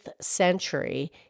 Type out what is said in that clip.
century